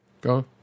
go